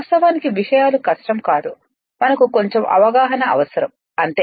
వాస్తవానికి విషయాలు కష్టం కాదు మనకు కొంచెం అవగాహన అవసరం అంతే